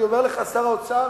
אני אומר לך, שר האוצר,